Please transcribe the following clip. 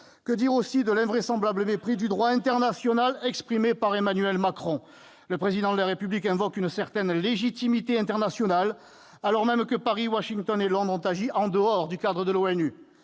Que dire aussi de l'invraisemblable mépris du droit international exprimé par Emmanuel Macron ? Le Président de la République invoque une certaine « légitimité internationale », alors même que Paris, Washington et Londres ont agi en dehors du cadre de l'ONU.